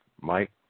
Mike